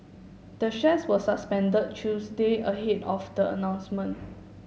the shares were suspended Tuesday ahead of the announcement